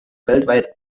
weltweit